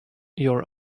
your